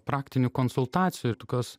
praktinių konsultacijų ir tokios